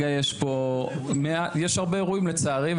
כרגע, יש הרבה אירועים, לצערי.